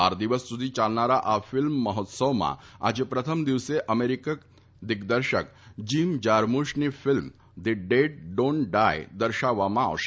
બાર દિવસ સુધી ચાલનારા આ ફિલ્મ મહોત્સવમાં આજે પ્રથમ દિવસે અમેરીકન દિગ્દર્શક જીમ જારમ્રશની ફિલ્મ ધી ડેડ ડોન્ટ ડાય દર્શાવવામાં આવશે